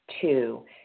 Two